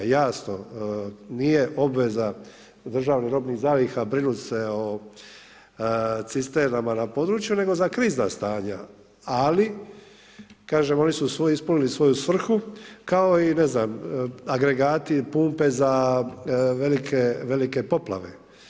Jasno nije obveza Državnih robnih zaliha brinut se o cisternama na području nego za krizna stanja, ali kažem oni su ispunili svoju svrhu, kao i agregati, pumpe za velike poplave.